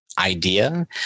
idea